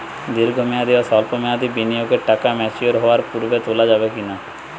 দীর্ঘ মেয়াদি বা সল্প মেয়াদি বিনিয়োগের টাকা ম্যাচিওর হওয়ার পূর্বে তোলা যাবে কি না?